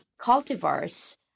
cultivars